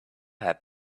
have